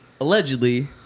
allegedly